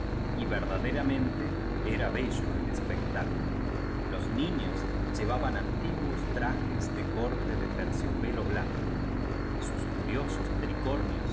y verdaderamente era bello el espectáculo los niños llevaban antiguos trajes de corte de terciopelo blanco y sus curiosos tricornios